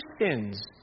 sins